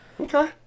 Okay